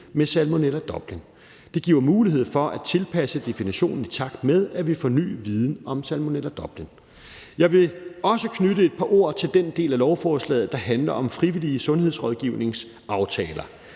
med Salmonella Dublin. Det giver jo mulighed for at tilpasse definitionen, i takt med at vi får ny viden om Salmonella Dublin. Jeg vil også knytte et par ord til den del af lovforslaget, der handler om frivillige sundhedsrådgivningsaftaler.